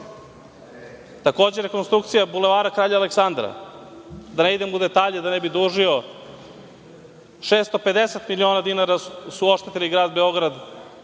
rekonstrukcija Bulevara kralja Aleksandra, da ne idem u detalje, da ne bi dužio, 650 miliona dinara su oštetili grad Beograd